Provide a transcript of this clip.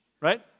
Right